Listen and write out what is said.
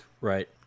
Right